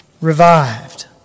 revived